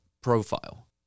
profile